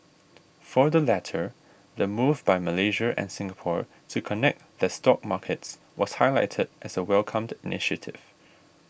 for the latter the move by Malaysia and Singapore to connect their stock markets was highlighted as a welcomed initiative